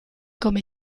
come